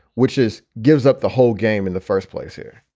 which is gives up the whole game in the first place here